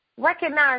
Recognize